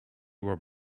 were